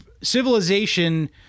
civilization